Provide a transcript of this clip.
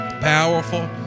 powerful